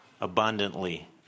abundantly